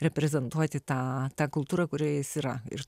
reprezentuoti tą tą kultūrą kurioje jis yra ir